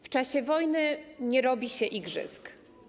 W czasie wojny nie robi się igrzysk.